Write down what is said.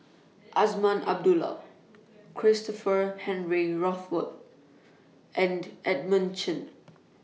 Azman Abdullah Christopher Henry Rothwell and Edmund Chen